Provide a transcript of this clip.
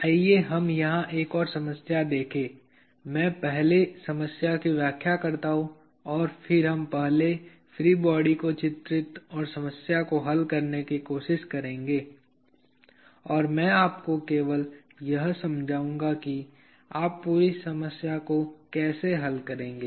आइए हम यहां एक और समस्या देखें मैं पहले समस्या की व्याख्या करता हूं और फिर हम पहले फ्री बॉडी को चित्रित और समस्या को हल करने की कोशिश करेंगे और मैं आपको केवल यह समझाऊंगा कि आप पूरी समस्या को कैसे हल करेंगे